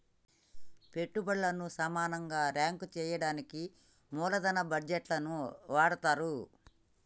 పెట్టుబల్లను సమానంగా రాంక్ చెయ్యడానికి మూలదన బడ్జేట్లని వాడతరు